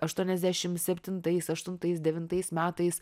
aštuoniasdešim septintais aštuntais devintais metais